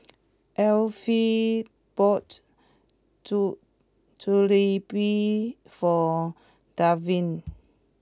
Alfred bought Jalebi for Delvin